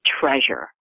Treasure